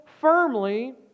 firmly